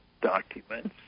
documents